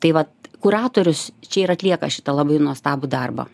tai vat kuratorius čia ir atlieka šitą labai nuostabų darbą